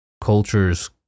cultures